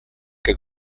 que